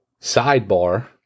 Sidebar